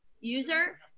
user